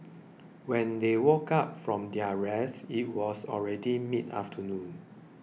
when they woke up from their rest it was already mid afternoon